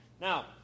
Now